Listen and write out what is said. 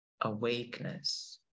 awakeness